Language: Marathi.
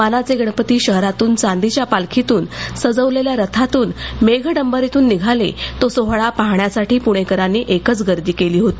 मानाचे गणपती शहरातून चांदीच्या पालखीतून सजवलेल्या स्थातून मेघडंबरीतून निघाले तो सोहळा पाहण्यासाठी पुणेकरांनी एकच गर्दी केली होती